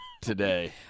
today